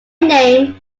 name